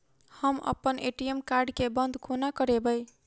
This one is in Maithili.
हम अप्पन ए.टी.एम कार्ड केँ बंद कोना करेबै?